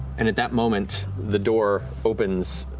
and at that moment, the door opens,